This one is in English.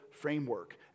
framework